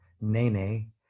Nene